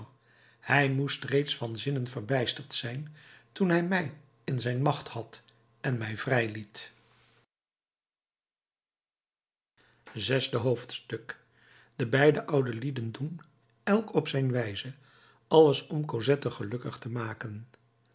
hij moest reeds van zinnen verbijsterd zijn toen hij mij in zijn macht had en mij vrijliet zesde hoofdstuk de beide oude lieden doen elk op zijn wijze alles om cosette gelukkig te maken